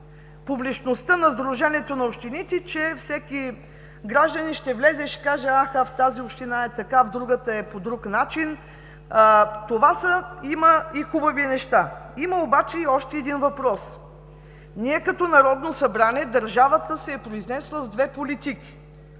Публичността на Сдружението на общините, че всеки гражданин ще влезе и ще каже: „Аха, в тази община е така, в другата е по друг начин“ – това са хубави неща. Има обаче още един въпрос. Ние, като Народно събрание, държавата се е произнесла с две политики.